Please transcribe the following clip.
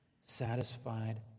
satisfied